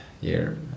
year